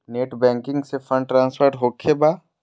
Net banking से fund transfer होखें बा?